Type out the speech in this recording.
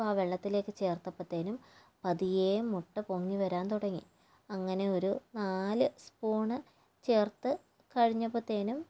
ഉപ്പ് ആ വെള്ളത്തിലേക്ക് ചേർത്തപ്പത്തേനും പതിയെ മുട്ട പൊങ്ങി വരാൻ തുടങ്ങി അങ്ങനെ ഒരു നാല് സ്പൂൺ ചേർത്ത് കഴിഞ്ഞപ്പത്തേനും